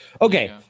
Okay